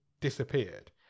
disappeared